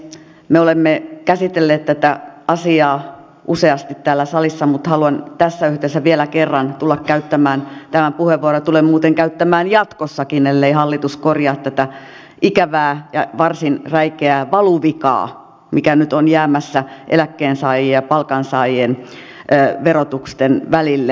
me olemme käsitelleet tätä asiaa useasti täällä salissa mutta haluan tässä yhteydessä vielä kerran tulla käyttämään tämän puheenvuoron ja tulen muuten käyttämään jatkossakin ellei hallitus korjaa tätä ikävää ja varsin räikeää valuvikaa mikä nyt on jäämässä eläkkeensaajien ja palkansaajien verotuksen välille